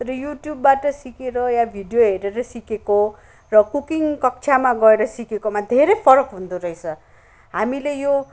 तर युट्युबबाट सिकेर या भिडियो हेरेर सिकेको र कुकिङ कक्षामा गएर सिकेकोमा धेरै फरक हुँदो रहेछ हामीले यो